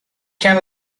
can